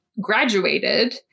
graduated